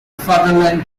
fatherland